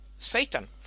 Satan